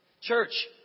Church